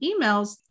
emails